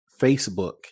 Facebook